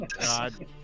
God